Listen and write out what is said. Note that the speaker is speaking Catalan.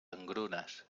engrunes